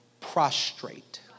prostrate